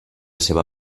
seva